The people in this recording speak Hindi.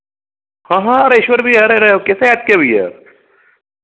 हाँ हाँ अरे ईश्वर भैया अरे अरे कैसे याद किया भैया